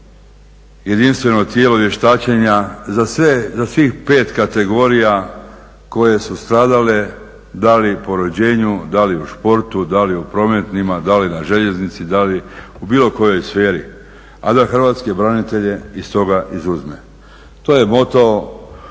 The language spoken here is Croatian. jedinstveno tijelo vještačenja za svih pet kategorija koje su stradale da li po rođenju, da li u športu, da li u prometima, da li na željeznici, da li u bilo kojoj sferi, a da hrvatske branitelje iz toga izuzme. To je moto